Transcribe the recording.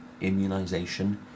immunization